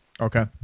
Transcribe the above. Okay